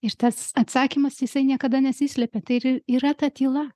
ir tas atsakymas jisai niekada nesislepia tai ir yra ta tyla